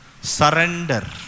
Surrender